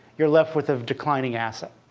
you're left with a declining asset.